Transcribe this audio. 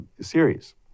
series